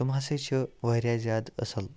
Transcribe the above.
تِم ہَسا چھِ واریاہ زیادٕ اَصٕل